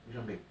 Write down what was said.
which one pink